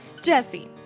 Jesse